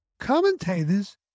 Commentators